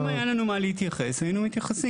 אם היה לנו מה להתייחס היינו מתייחסים.